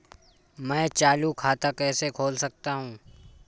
मैं चालू खाता कैसे खोल सकता हूँ?